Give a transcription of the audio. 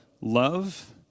Love